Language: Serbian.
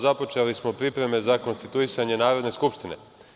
Započeli smo pripreme za konstituisanje Narodne skupštine.